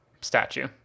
statue